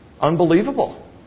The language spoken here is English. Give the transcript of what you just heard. unbelievable